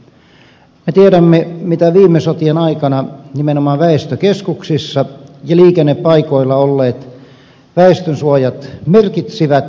me tiedämme mitä viime sotien aikana nimenomaan väestökeskuksissa ja liikennepaikoilla olleet väestönsuojat merkitsivät